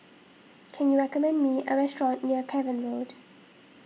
can you recommend me a restaurant near Cavan Road